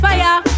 Fire